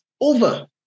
over